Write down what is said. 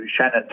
Shannon